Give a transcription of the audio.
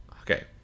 okay